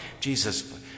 Jesus